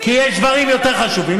כי יש דברים יותר חשובים.